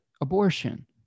abortion